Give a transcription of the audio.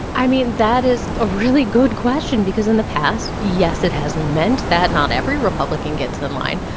i mean, that is a really good question because in the past, yes, it has meant that not every republican gets in line.